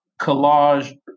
collage